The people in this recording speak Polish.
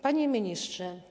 Panie Ministrze!